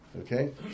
Okay